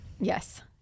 Yes